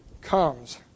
comes